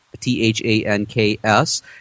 T-H-A-N-K-S